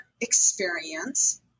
experience